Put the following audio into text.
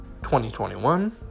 2021